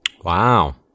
Wow